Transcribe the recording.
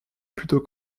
plutôt